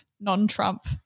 non-Trump